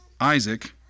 Isaac